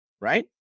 right